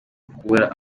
kubura